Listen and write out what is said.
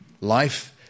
Life